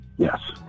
Yes